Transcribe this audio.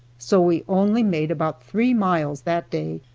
so we only made about three miles that day.